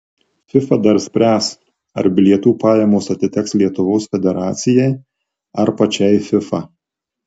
fifa dar spręs ar bilietų pajamos atiteks lietuvos federacijai ar pačiai fifa